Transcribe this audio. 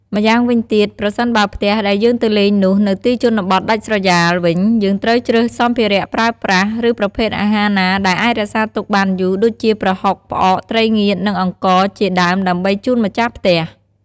ម្យ៉ាងវិញទៀតប្រសិនបើផ្ទះដែលយើងទៅលេងនោះនៅទីជនបទដាច់ស្រយ៉ាលវិញយើងត្រូវជ្រើសសម្ភារៈប្រើប្រាស់ ឬប្រភេទអាហារណាដែលអាចរក្សាទុកបានយូរដូចជាប្រហុក ផ្អក ត្រីងៀត និងអង្ករជាដើមដើម្បីជូនម្ចាស់ផ្ទះ។